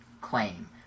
claim